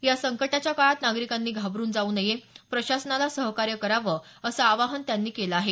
या संकटाच्या काळात नागरीकांनी घाबरून जाऊ नये प्रशासनाला सहकार्य करावं असं आवाहन त्यांनी केलं आहे